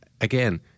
Again